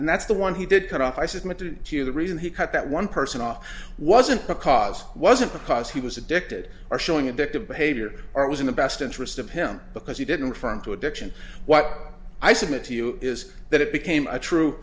and that's the one he did cut off i submitted to you the reason he cut that one person off wasn't because wasn't because he was addicted or showing addictive behavior or it was in the best interest of him because he didn't farm to addiction what i submit to you is that it became a true